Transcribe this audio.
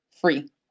free